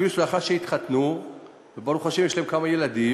אפילו לאחר שהתחתנו וברוך השם יש להם כמה ילדים,